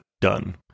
done